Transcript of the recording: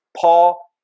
Paul